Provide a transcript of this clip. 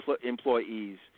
employees